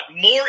more